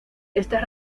estas